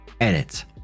Edit